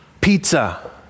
Pizza